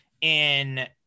in-